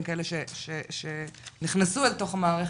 כאלה שנכנסו אל תוך המערכת?